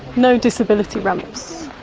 no disability ramps.